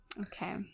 Okay